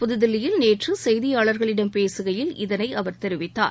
புதுதில்லியில் நேற்று செய்தியாளர்களிடம் பேசுகையில் இதனை அவர் தெரிவித்தார்